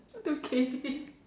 to cane me